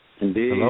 Indeed